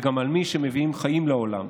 וגם על מי שמביאים חיים לעולם,